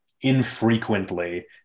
infrequently